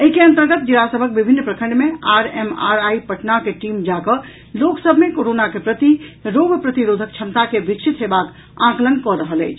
एहि के अंतर्गत जिला सभक विभिन्न प्रखंड मे आरएमआरआई पटनाक टीम जा कऽ लोक सभ मे कोरोना के प्रति रोग प्रतिरोधक क्षमता के विकसित हेबाक आकलन कऽ रहल अछि